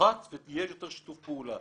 תפחת ויהיה יותר שיתוף פעולה.